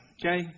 okay